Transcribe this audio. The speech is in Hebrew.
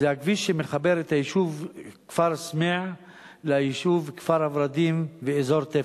זה הכביש שמחבר את היישוב כפר-סמיע ליישוב כפר-ורדים ואזור תפן.